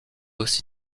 aussi